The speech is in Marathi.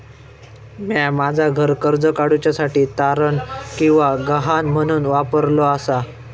म्या माझा घर कर्ज काडुच्या साठी तारण किंवा गहाण म्हणून वापरलो आसा